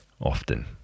often